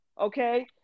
okay